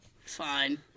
Fine